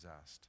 asked